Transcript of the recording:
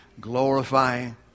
Glorifying